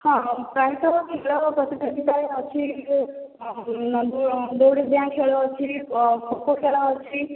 ହଁ ପ୍ରାୟତଃ ଖେଳ ପ୍ରତିଯୋଗିତା ଅଛି ଯେଉଁ ଦଉଡି ଡିଆଁ ଖେଳ ଅଛି ଖୋ ଖୋ ଖେଳ ଅଛି